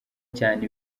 cyane